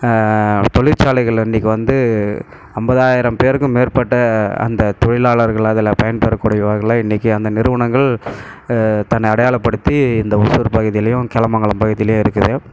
தொழிற்சாலைகளில் இன்றைக்கி வந்து அம்பதாயிரம் பேருக்கு மேற்பட்ட அந்த தொழிலாளர்கள் அதில் பயன்படக்கூடிய வகையில் இன்றைக்கி அந்த நிறுவனங்கள் தன்னை அடையாளப்படுத்தி இந்த ஓசூர் பகுதிலையும் கேளமங்கலம் பகுதிலையும் இருக்குது